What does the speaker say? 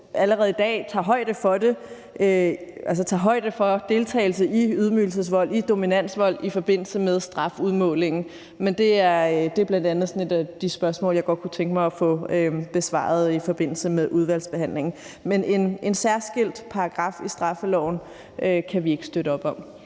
for det – altså tager højde for deltagelse i ydmygelsesvold og dominansvold – i forbindelse med strafudmålingen. Det er bl.a. det spørgsmål, jeg godt kunne tænke mig at få besvaret i forbindelse med udvalgsbehandlingen. Men en særskilt paragraf i straffeloven kan vi ikke støtte op om.